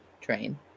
train